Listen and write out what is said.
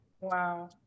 Wow